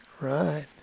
Right